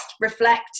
reflect